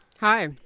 Hi